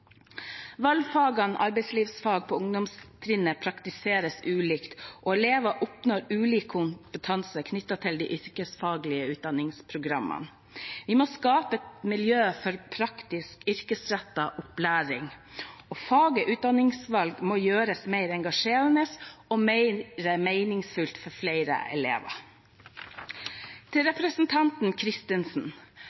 arbeidslivsfag på ungdomstrinnet praktiseres ulikt, og elever oppnår ulik kompetanse knyttet til de yrkesfaglige utdanningsprogrammene. Vi må skape et miljø for praktisk, yrkesrettet opplæring, og faget utdanningsvalg må gjøres mer engasjerende og mer meningsfullt for flere